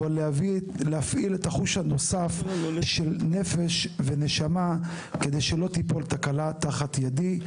אבל להפעיל את החוש הנוסף של נפש ונשמה כדי שלא תיפול תקלה תחת ידי.